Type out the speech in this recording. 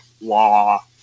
law